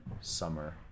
summer